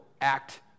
act